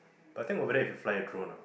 but I think over there if you fly a drone ah